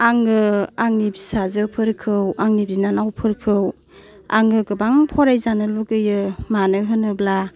आङो आंनि फिसाजोफोरखौ आंनि बिनानावफोरखौ आङो गोबां फरायजोनो लुबैयो मानो होनोब्ला